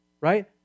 right